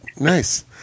Nice